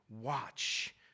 Watch